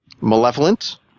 malevolent